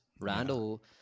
Randall